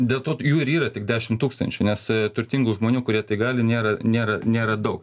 dėl to jų ir yra tik dešimt tūkstančių nes turtingų žmonių kurie tai gali nėra nėra nėra daug